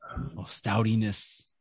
Stoutiness